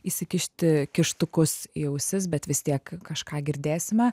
įsikišti kištukus į ausis bet vis tiek kažką girdėsime